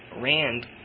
RAND